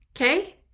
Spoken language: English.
Okay